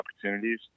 opportunities